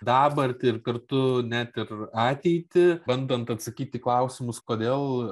dabartį ir kartu net ir ateitį bandant atsakyti į klausimus kodėl